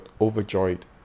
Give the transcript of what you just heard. overjoyed